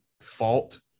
fault